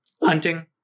hunting